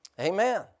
Amen